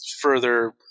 further